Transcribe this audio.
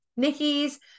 Nikki's